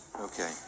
Okay